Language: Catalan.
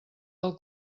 del